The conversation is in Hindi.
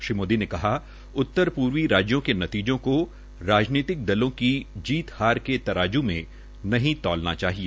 श्री मोदी ने कहा उत्तर पूर्वी राज्यों के नतीजों को राजनीतिक दलों की जीत हार के तराजू में नही तोलना चाहिए